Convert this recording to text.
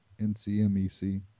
NCMEC